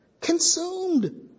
Consumed